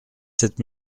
sept